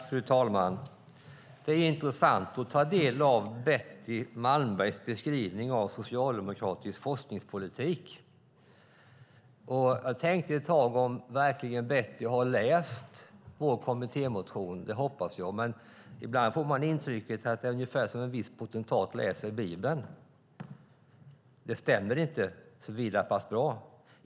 Fru talman! Det är intressant att ta del av Betty Malmbergs beskrivning av socialdemokratisk forskningspolitik. Jag undrade ett tag om Betty verkligen har läst vår kommittémotion. Det hoppas jag. Men ibland får man intrycket att det är ungefär som en viss potentat läser Bibeln; det stämmer inte så vidare bra.